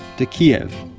to kiev,